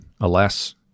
alas